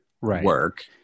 work